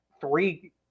three